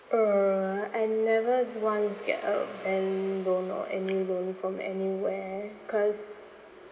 err I never once get a bank loan or any loan from anywhere cause